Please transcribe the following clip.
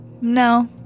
No